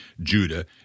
Judah